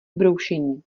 broušení